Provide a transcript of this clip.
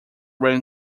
ran